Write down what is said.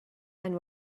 and